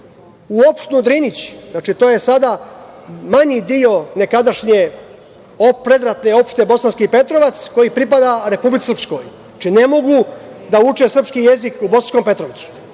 u opštinu Drinić. Znači, to je sada manji deo nekadašnje predratne opštine Bosanski Petrovac koji pripada Republici Srpskoj. Znači, ne mogu da uče srpski jezik u Bosanskom Petrovcu. Mislim